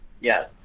Yes